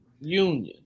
Union